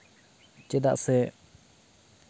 ᱪᱮᱫᱟᱜ ᱥᱮ